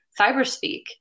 cyberspeak